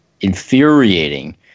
infuriating